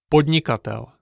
Podnikatel